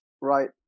Right